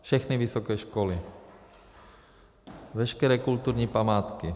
Všechny vysoké školy, veškeré kulturní památky.